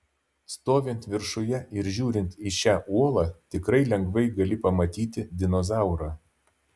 stovint viršuje ir žiūrint į šią uolą tikrai lengvai gali pamatyti dinozaurą